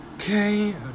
Okay